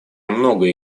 многое